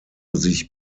sich